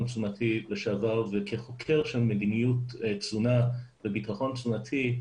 תזונתי לשעבר וכחוקר של מדיניות תזונה וביטחון תזונתי,